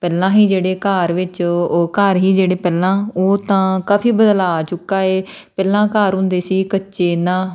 ਪਹਿਲਾਂ ਹੀ ਜਿਹੜੇ ਘਰ ਵਿੱਚ ਓ ਉਹ ਘਰ ਹੀ ਜਿਹੜੇ ਪਹਿਲਾਂ ਉਹ ਤਾਂ ਕਾਫੀ ਬਦਲਾਅ ਆ ਚੁੱਕਾ ਹੈ ਪਹਿਲਾਂ ਘਰ ਹੁੰਦੇ ਸੀ ਕੱਚੇ ਇੰਨਾ